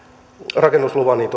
rakennusluvan